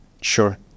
sure